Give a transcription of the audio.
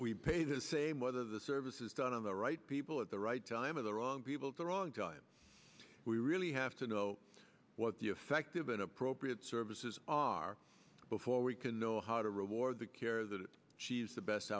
we pay the same whether the service is done on the right people at the right time of the wrong people to wrong time we really have to know what the effective and appropriate services are before we can know how to reward the care that she's the best